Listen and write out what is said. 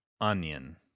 Onion